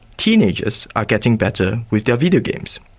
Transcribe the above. teenagers are getting better with their videogames,